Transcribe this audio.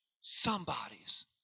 somebody's